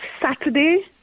Saturday